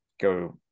go